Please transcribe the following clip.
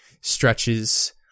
stretches